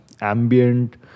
ambient